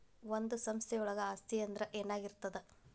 ಒಂದು ಸಂಸ್ಥೆಯೊಳಗ ಆಸ್ತಿ ಅಂದ್ರ ಏನಾಗಿರ್ತದ?